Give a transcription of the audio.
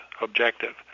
objective